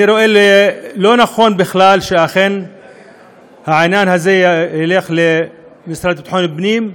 אני לא מוצא לנכון שהעניין הזה ילך למשרד לביטחון פנים.